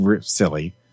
silly